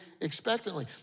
expectantly